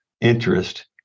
interest